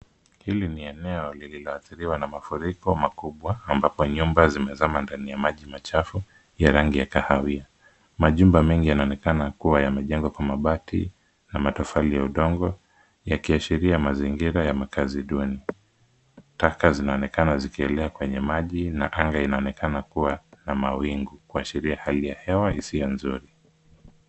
Hili ni eneo lililoathiriwa na mafuriko makubwa ambapo nyumba zimezama ndani ya maji machafu ya rangi ya kahawia. Majumba mengi yanaonekana kuwa yamejengwa kwa mabati na matofali ya udongo, yakiashiria mazingira ya makazi duni. Taka zinaonekana zikielea kwenye maji na anga inaonekana kuwa na mawingu kuashiria hali ya hewa isiyo nzuri.